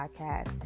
podcast